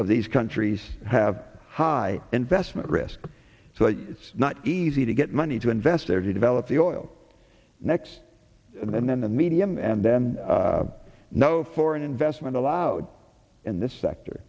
of these countries have high investment risk so it's not easy to get money to invest there to develop the oil next and then the medium and then no foreign investment allowed in this sector